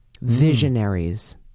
visionaries